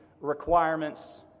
requirements